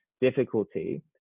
difficulty